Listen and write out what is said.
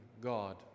God